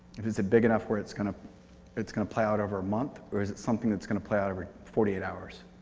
it's a big enough where it's kind of it's going to play out over a month? or is it something that's going to play out over forty eight hours?